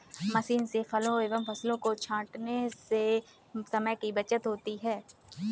machine से फलों एवं फसलों को छाँटने से समय की बचत होती है